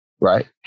right